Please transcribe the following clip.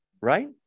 right